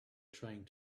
trying